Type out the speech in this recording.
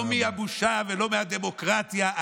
לא מהבושה ולא מהדמוקרטיה.